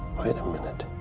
wait a minute.